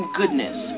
goodness